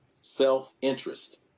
self-interest